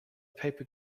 paper